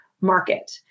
market